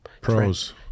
pros